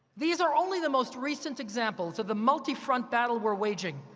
these are only the most recent examples of the multi-front battle we're waging.